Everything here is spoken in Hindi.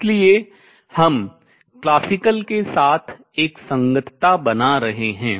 इसलिए हम classical शास्त्रीय के साथ एक संगतता बना रहे हैं